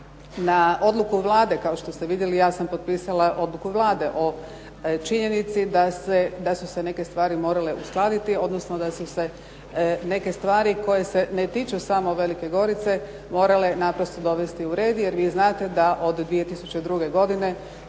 na odluku Vlade. Kao što ste vidjeli, ja sam potpisala odluku Vlade o činjenici da su se neke stvari morale uskladiti, odnosno da su se neke stvari koje se ne tiču samo Velike Gorice morale naprosto dovesti u red jer vi znate da od 2002. godine